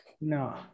No